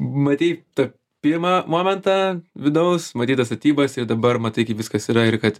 matyt tą pirmą momentą vidaus matyt tas statybas ir dabar matai kaip viskas yra ir kad